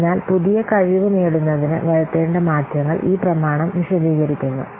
അതിനാൽ പുതിയ കഴിവ് നേടുന്നതിന് വരുത്തേണ്ട മാറ്റങ്ങൾ ഈ പ്രമാണം വിശദീകരിക്കുന്നു